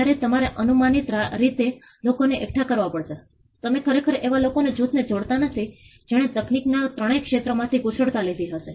તેથી મ્યુનિસિપલ ઓથોરિટીએ ખરેખર આ સ્થળો તાજેતરમાં તોડી પાડ્યા હતા પરંતુ ફરીથી નવા બાંધકામો આવી રહ્યા છે